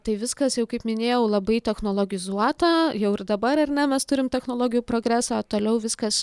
tai viskas jau kaip minėjau labai technologizuota jau ir dabar ar ne mes turim technologijų progresą toliau viskas